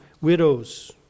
widows